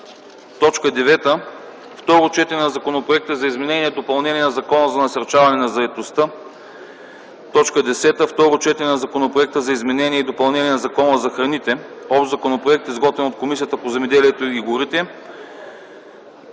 съвет. 9. Второ четене на Законопроекта за изменение и допълнение на Закона за насърчаване на заетостта. 10. Второ четене на Законопроекта за изменение и допълнение на Закона за храните. (Общ законопроект, изготвен от Комисията по земеделието и горите,